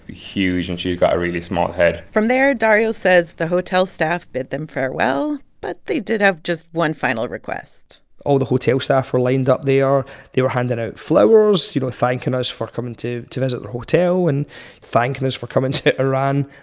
huge, and she's got a really small head from there, dario says the hotel staff bid them farewell. but they did have just one final request all the hotel staff were lined up there. they were handing out flowers, you know, thanking us for coming to to visit their hotel and thanking us for coming to iran,